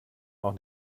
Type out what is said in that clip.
auch